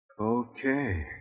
Okay